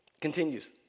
Continues